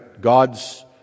God's